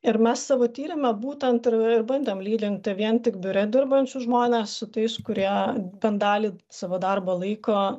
ir mes savo tyrime būtent ir bandom lyginti vien tik biure dirbančius žmones su tais kurie bent dalį savo darbo laiko